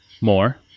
More